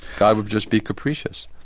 god would just be capricious.